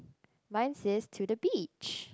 mine says to the beach